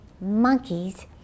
monkeys